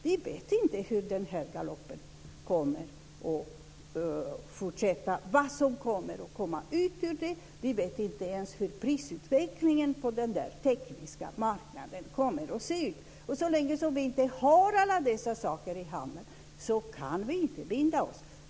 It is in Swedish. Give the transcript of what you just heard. Vi vet inte hur den här galoppen kommer att fortsätta, vad som kommer att komma ut ur den. Vi vet inte ens hur prisutvecklingen på den tekniska marknaden kommer att se ut. Så länge som vi inte har alla dessa saker i handen kan vi inte binda oss.